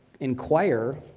inquire